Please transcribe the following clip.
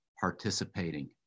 participating